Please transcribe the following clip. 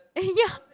eh ya